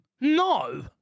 no